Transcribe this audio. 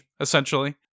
essentially